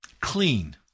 clean